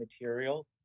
material